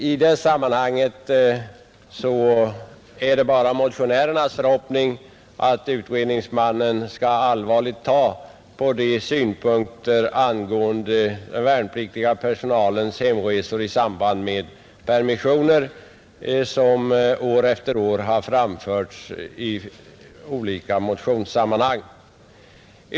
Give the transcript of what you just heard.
I det sammanhanget är det motionärernas förhoppning att utredningsmannen allvarligt skall beakta de synpunkter angående den värnpliktiga personalens hemresor i samband med permissioner som år efter år framförts i olika motioner.